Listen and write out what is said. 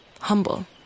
humble